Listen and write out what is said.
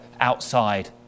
outside